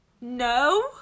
no